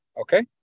Okay